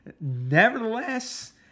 Nevertheless